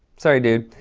sorry, dude.